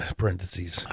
parentheses